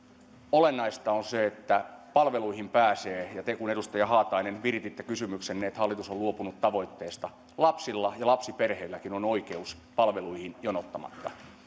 olennaista on se että palveluihin pääsee ja kun te edustaja haatainen virititte kysymyksenne niin että hallitus on luopunut tavoitteesta lapsilla ja lapsiperheilläkin on oikeus palveluihin jonottamatta